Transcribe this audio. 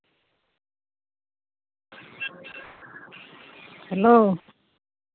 hello